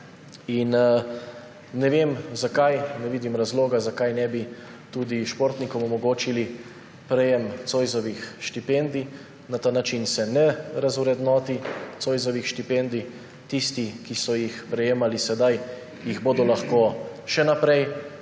Ne vem, zakaj, ne vidim razloga, zakaj ne bi tudi športnikom omogočili prejema Zoisovih štipendij. Na ta način se ne razvrednoti Zoisovih štipendij. Tisti, ki so jih prejemali sedaj, jih bodo lahko še naprej,